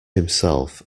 himself